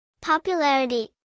Popularity